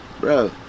Bro